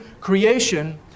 creation